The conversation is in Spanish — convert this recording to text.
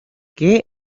que